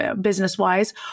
business-wise